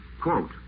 Quote